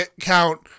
count